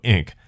Inc，